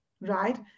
right